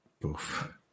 Boof